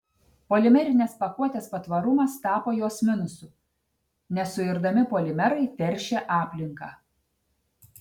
polimerinės pakuotės patvarumas tapo jos minusu nesuirdami polimerai teršia aplinką